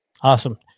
awesome